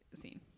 scene